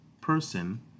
person